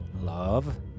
Love